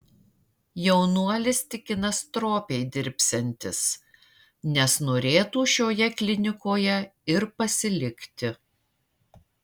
jaunuolis tikina stropiai dirbsiantis nes norėtų šioje klinikoje ir pasilikti